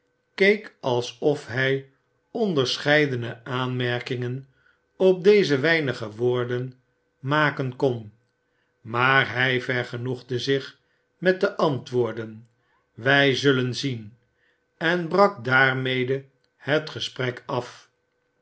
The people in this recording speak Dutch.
keek alsof hij onderscheidene aanmerkingen op deze weinige woorden maken kon maar hij vergenoegde zich met te antwoorden wij zullen zien en brak daarmede het gesprek af